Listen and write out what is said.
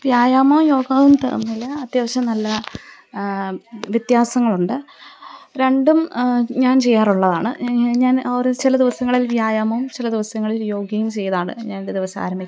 വ്യായാമവും യോഗവും തമ്മില് അത്യാവശ്യം നല്ല വ്യത്യാസങ്ങളുണ്ട് രണ്ടും ഞാൻ ചെയ്യാറുള്ളതാണ് ഞാൻ ഓരോ ചില ദിവസങ്ങളിൽ വ്യായാമവും ചില ദിവസങ്ങളിൽ യോഗയും ചെയ്താണ് ഞാൻ എന്റെ ദിവസം ആരംഭിക്കാറ്